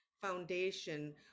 foundation